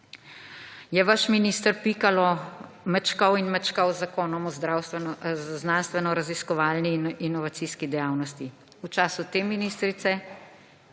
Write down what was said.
je vaš minister Pikalo mečkal in mečkal z Zakonom o znanstvenoraziskovalni in inovacijski dejavnosti. V času te ministrice,